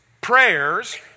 prayers